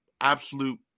absolute